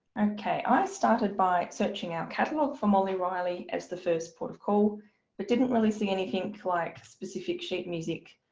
okay, i started by searching our catalogue for molly riley as the first port of call but didn't really see anything like specific sheet music.